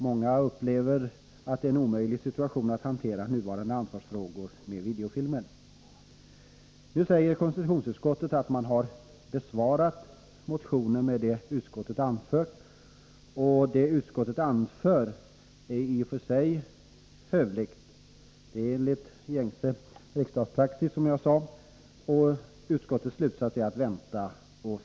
Många upplever att det är en omöjlig situation att hantera Måndagen den nuvarande ansvarsfrågor när det gäller videofilm. 19 december 1983 Nu säger konstitutionsutskottet att man har ”besvarat” motionen med vad utskottet anfört. Det som utskottet anför är i och för sig hövligt, och det är, Å tgärder mot som jag nyss sade, i enlighet med gängse riksdagspraxis. Slutsatsen är: vänta våldsinslag i videooch se; konstitutionsutskottet vill avvakta ännu en tid.